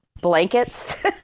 blankets